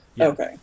Okay